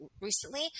recently